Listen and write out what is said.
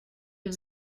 wir